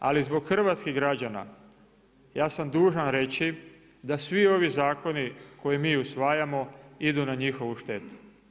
Ali zbog hrvatskih građana ja sam dužan reći da svi ovi zakoni koje mi usvajamo idu na njihovu štetu.